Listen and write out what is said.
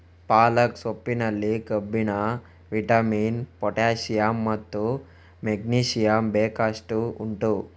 ಪಾಲಕ್ ಸೊಪ್ಪಿನಲ್ಲಿ ಕಬ್ಬಿಣ, vitamin, potassium ಮತ್ತು ಮೆಗ್ನೀಸಿಯಮ್ ಬೇಕಷ್ಟು ಉಂಟು